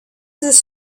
this